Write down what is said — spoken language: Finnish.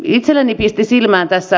itselleni pisti silmään tässä